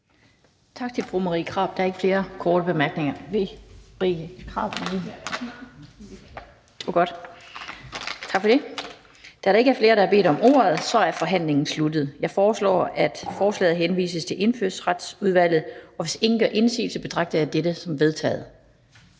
Tak til fru Marie Krarup. Der er ikke flere korte bemærkninger. Da der ikke er flere, der har bedt om ordet, er forhandlingen sluttet. Jeg foreslår, at forslaget henvises til Indfødsretsudvalget. Hvis ingen gør indsigelse, betragter jeg dette som vedtaget.